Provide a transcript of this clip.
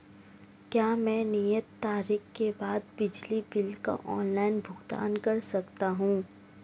क्या मैं नियत तारीख के बाद बिजली बिल का ऑनलाइन भुगतान कर सकता हूं?